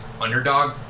underdog